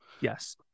yes